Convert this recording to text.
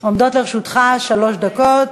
עומדות לרשותך שלוש דקות.